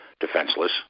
defenseless